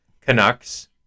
Canucks